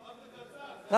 אמרת קצר, זה קצר?